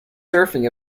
surfing